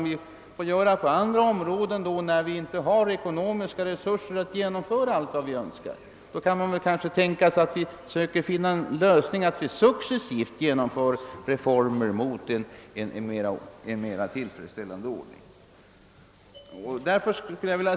Vi får väl göra som på andra områden, när vi saknar ekonomiska resurser att genomföra allt vad vi önskar: vi får försöka finna en lösning att successivt genomföra reformer mot en mera tillfredsställande ordning.